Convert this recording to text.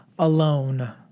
Alone